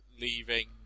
leaving